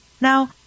Now